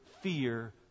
fear